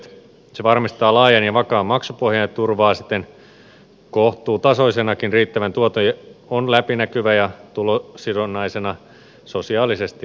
se varmistaa laajan ja vakaan maksupohjan ja turvaa siten kohtuutasoisenakin riittävän tuoton ja on läpinäkyvä ja tulosidonnaisena sosiaalisesti oikeudenmukainen